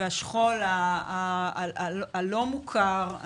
והשכול הלא מוכר,